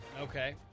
Okay